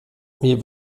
wir